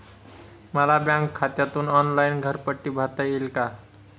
मला बँक खात्यातून ऑनलाइन घरपट्टी भरता येईल का?